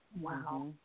Wow